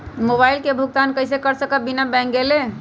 Mobile के भुगतान कईसे कर सकब बिना बैंक गईले?